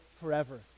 forever